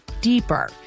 deeper